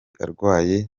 arwaye